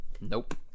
Nope